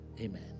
amen